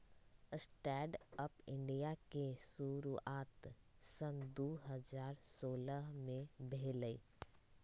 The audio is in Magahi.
स्टैंड अप इंडिया के शुरुआत सन दू हज़ार सोलह में भेलइ